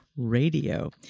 Radio